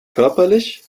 körperlich